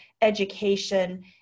education